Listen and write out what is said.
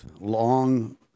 long